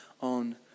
on